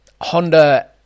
Honda